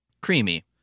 Creamy